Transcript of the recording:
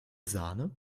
sahne